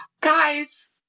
Guys